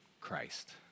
Christ